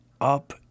Up